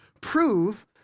prove